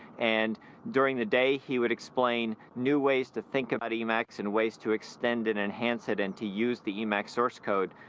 and during the day he would explain new ways to think about emacs and ways to extend it, enhance it, and to use the emacs source code